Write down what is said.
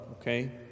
okay